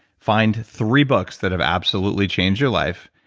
find three books that have absolutely changed your life,